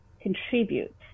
contribute